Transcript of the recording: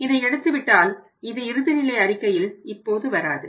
இதை எடுத்துவிட்டால் இது இறுதி நிலை அறிக்கையில் இப்போது வராது